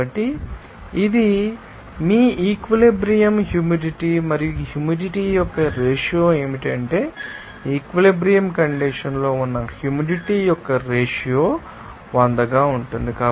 కాబట్టి ఇది మీ ఈక్విలిబ్రియం హ్యూమిడిటీ మరియు హ్యూమిడిటీ యొక్క రేషియో ఏమిటంటే ఈక్విలిబ్రియం కండిషన్స్ లో ఉన్న హ్యూమిడిటీ యొక్క రేషియో 100 గా ఉంటుంది